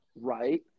right –